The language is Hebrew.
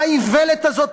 מה האיוולת הזאת,